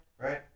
right